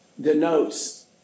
denotes